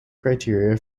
criteria